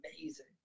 amazing